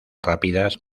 rápidas